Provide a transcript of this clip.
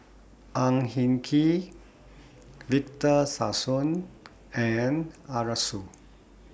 Ang Hin Kee Victor Sassoon and Arasu